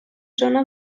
zona